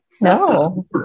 No